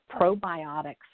probiotics